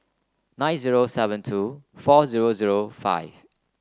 nine zero seven two four zero zero five